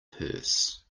purse